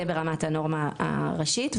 זה ברמת הנורמה הראשית.